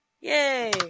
Yay